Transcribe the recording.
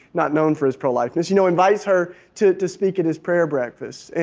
not known for his pro-lifeness, you know invites her to to speak at his prayer breakfast.